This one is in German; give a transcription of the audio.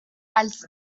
als